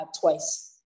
twice